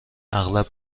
اغلب